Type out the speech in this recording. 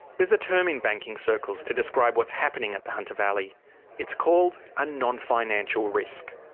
there's a term in banking circles to describe what's happening at the hunter valley it's called a non-financial risk.